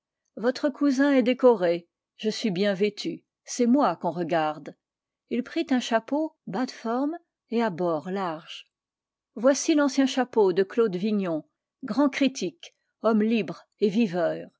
votre cousin est décoré je suis bien vêtu c'est moi qu'on regarde il prit un chapeau bas de forme et à bords larges voici l'ancien chapeau de claude vignon grand critique homme libre et viveur